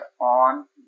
on